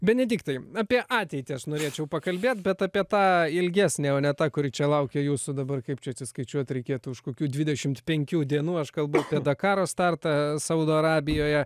benediktai apie ateitį aš norėčiau pakalbėt bet apie tą ilgesnę o ne tą kuri čia laukia jūsų dabar kaip čia atsiskaičiuot reikėtų už kokių dvidešimt penkių dienų aš kalbu dakaro startą saudo arabijoje